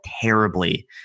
terribly